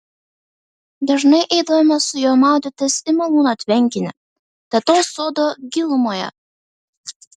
dažnai eidavome su juo maudytis į malūno tvenkinį tetos sodo gilumoje